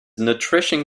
nutrition